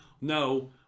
No